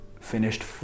finished